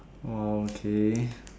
!wah! okay